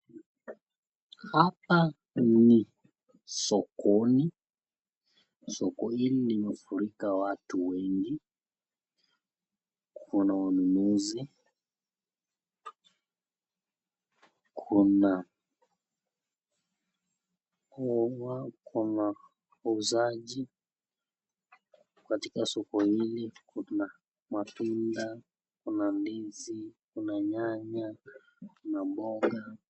Hapa ni sokoni .Soko hili. limefurika watu wengi. Kuna wanunuzi, kuna wauzaji. Katika soko hili kuna matunda. Kuna ndizi, kuna nyanya na mboga.